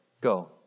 Go